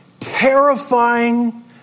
Terrifying